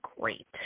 great